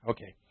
Okay